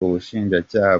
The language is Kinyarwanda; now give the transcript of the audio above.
ubushinjacyaha